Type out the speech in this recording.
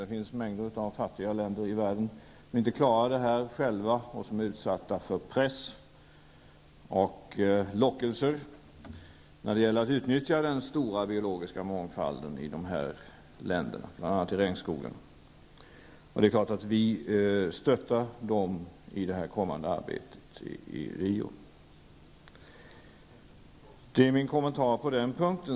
Det finns en mängd fattiga länder i världen som inte klarar detta själva och som är utsatta för press och lockelser när det gäller att utnyttja den stora biologiska mångfalden, bl.a. i regnskogarna. Det är klart att vi stöder dem i det kommande arbetet i Rio de Janeiro. Det är min kommentar på den punkten.